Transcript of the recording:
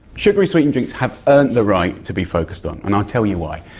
sugary sweetened drinks have earned the right to be focused on, and i'll tell you why,